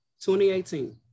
2018